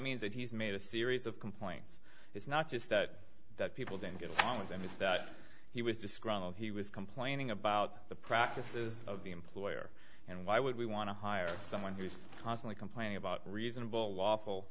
means that he's made a series of complaints it's not just that that people don't get along with him it's that he was disgruntled he was complaining about the practices of the employer and why would we want to hire someone who is constantly complaining about reasonable lawful